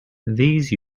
these